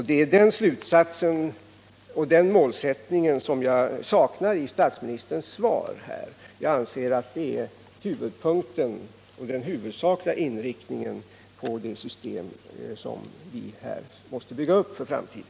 Det är den slutsats och målsättning jag saknar i statsministerns svar. Jag anser detta är den huvudsakliga inriktningen i det system som vi måste bygga upp för framtiden.